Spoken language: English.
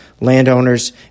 landowners